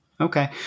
Okay